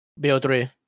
BO3